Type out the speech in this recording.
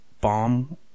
bomb